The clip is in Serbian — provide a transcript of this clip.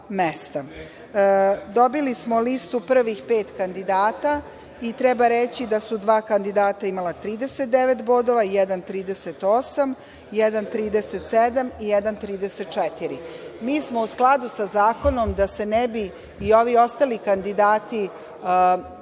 mesta. Dobili smo listu prvih pet kandidata i treba reći da su dva kandidata imala 39, jedan 38, jedan 37 i jedan 34. Mi smo u skladu sa zakonom da ne bi i ovi ostali kandidati imali